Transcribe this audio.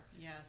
yes